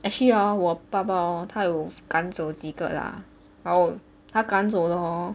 actually ah 我爸爸 hor 他有赶走几个啦然后他赶走的 hor